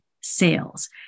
sales